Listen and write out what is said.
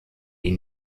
die